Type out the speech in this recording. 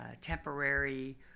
temporary